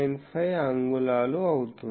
895 అంగుళాలు అవుతుంది